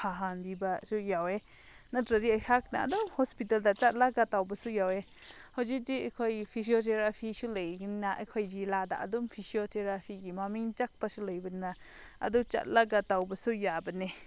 ꯐꯍꯟꯕꯤꯕꯁꯨ ꯌꯥꯎꯏ ꯅꯠꯇ꯭ꯔꯗꯤ ꯑꯩꯍꯥꯛꯅ ꯑꯗꯨꯝ ꯍꯣꯁꯄꯤꯇꯥꯜꯗ ꯆꯠꯂꯒ ꯇꯧꯕꯁꯨ ꯌꯥꯎꯏ ꯍꯧꯖꯤꯛꯇꯤ ꯑꯩꯈꯣꯏ ꯐꯤꯁꯤꯑꯣꯊꯦꯔꯥꯄꯐꯤꯑꯁꯨ ꯂꯩꯕꯅꯤꯅ ꯑꯩꯈꯣꯏꯒꯤ ꯖꯤꯂꯥꯗ ꯑꯗꯨꯝ ꯐꯤꯁꯤꯑꯣꯊꯦꯔꯥꯐꯤꯒꯤ ꯃꯃꯤꯡ ꯆꯠꯄꯁꯨ ꯂꯩꯕꯅ ꯑꯗꯨ ꯆꯠꯂꯒ ꯇꯧꯕꯁꯨ ꯌꯥꯕꯅꯦ